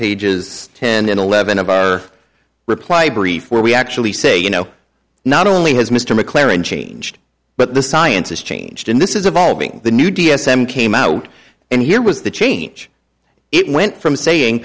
pages ten and eleven a by a reply brief where we actually say you know not only has mr mclaren changed but the science has changed and this is evolving the new d s m came out and here was the change it went from saying